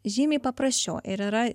žymiai paprasčiau ir yra